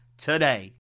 today